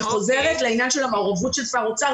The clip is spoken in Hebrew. אני חוזרת למעורבות של שר האוצר.